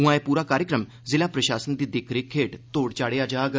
उआं एह् पूरा कार्यक्रम जिला प्रशासन दी दिक्ख रिक्ख हेठ तोढ़ चाढ़ेआ जाग